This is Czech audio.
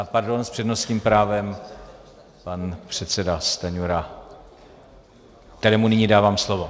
Pardon, s přednostním právem pan předseda Stanjura, kterému nyní dávám slovo.